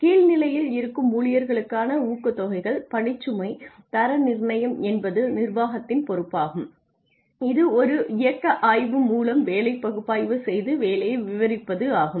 கீழ் நிலையில் இருக்கும் ஊழியர்களுக்கான ஊக்கத்தொகைகள் பணிச்சுமை தர நிர்ணயம் என்பது நிர்வாகத்தின் பொறுப்பாகும் இது ஒரு இயக்க ஆய்வு மூலம் வேலை பகுப்பாய்வு செய்து வேலையை விவரிப்பதாகும்